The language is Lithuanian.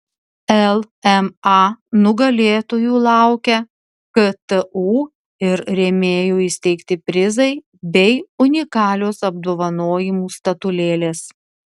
lma nugalėtojų laukia ktu ir rėmėjų įsteigti prizai bei unikalios apdovanojimų statulėlės